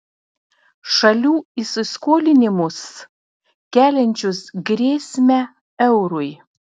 šalių įsiskolinimus keliančius grėsmę eurui